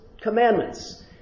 commandments